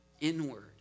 inward